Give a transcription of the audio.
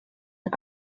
and